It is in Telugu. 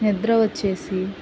నిద్ర వచ్చేసి